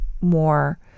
more